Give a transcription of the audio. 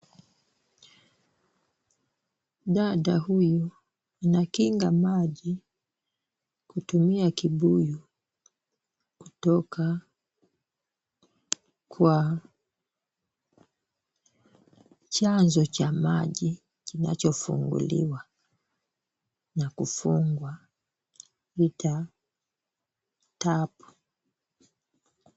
Dada huyu anakinga maji kutumia kibuyu kutoka kwa chanzo cha maji kinachofunguliwa na kufungwa katika tap .